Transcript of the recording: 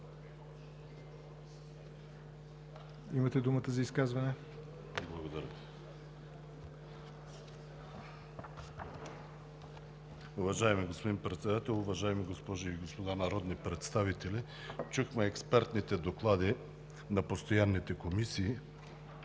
имате думата за изказване. МУСТАФА КАРАДАЙЪ (ДПС): Уважаеми господин Председател, уважаеми госпожи и господа народни представители! Чухме експертните доклади на постоянните комисии